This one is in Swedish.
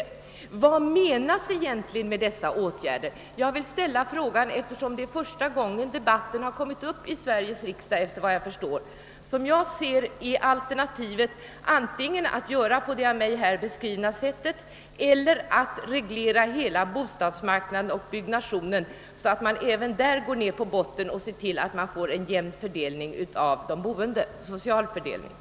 Vad menas egentligen med dessa åtgärder? Jag vill ställa frågan, eftersom det enligt vad jag vet är första gången en debatt om detta har kommit upp i Sveriges riksdag. Som jag ser saken är alternativet antingen att göra på det av mig här beskrivna sättet eller att reglera bostadsmarknaden och bebyggelsen så, att man även där ser till att man får en jämn social fördelning av de boende.